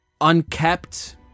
unkept